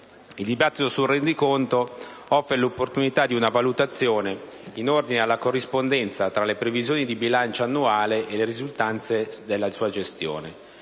Il dibattito sul rendiconto offre l'opportunità di una valutazione in ordine alla corrispondenza tra le previsioni di bilancio annuale e le risultanze della sua gestione.